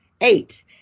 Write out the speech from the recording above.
eight